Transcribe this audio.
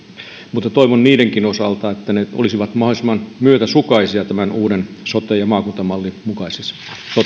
mutta toivon niidenkin osalta että ne olisivat mahdollisimman myötäsukaisia tämän uuden sote ja maakuntamallin mukaisissa